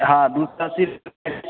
हँ दू सओ अस्सी रुपैए